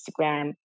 Instagram